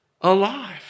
alive